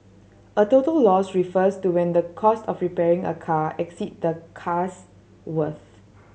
a total loss refers to when the cost of repairing a car exceeds the car's worth